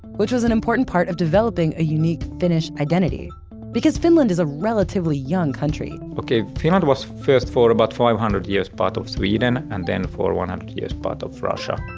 which was an important part of developing a unique finnish identity because finland is a relatively young country. okay, finland was first, for about five hundred years, part of sweden, and then for one hundred years part of russia.